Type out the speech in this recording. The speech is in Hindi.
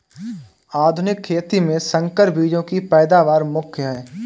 आधुनिक खेती में संकर बीजों की पैदावार मुख्य हैं